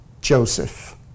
Joseph